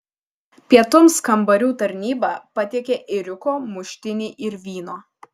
pietums kambarių tarnyba patiekė ėriuko muštinį ir vyno